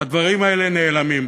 הדברים האלה נעלמים.